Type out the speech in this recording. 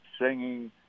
singing